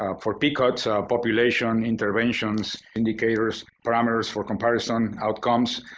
ah for picot, population, interventions, indicators, parameters for comparison, outcomes,